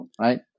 Right